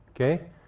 okay